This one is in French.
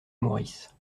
maurice